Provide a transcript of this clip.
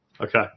Okay